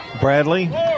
Bradley